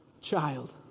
child